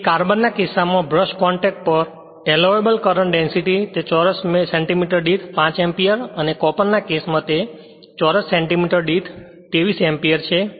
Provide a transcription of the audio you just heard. તેથી કાર્બન ના કિસ્સામાં બ્રશ કોંટેક્ટ પર એલોવેબલ કરંટ ડેંસીટી તે ચોરસ સેંટીમીટર દીઠ 5 એંપીયર અને કોપર ના કેસ માં તે ચોરસ સેંટીમીટર દીઠ 23 એંપીયર છે